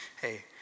Hey